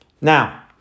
Now